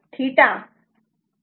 4o आहे